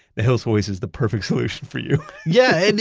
the hills hoist is the perfect solution for you yeah!